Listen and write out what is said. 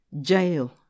jail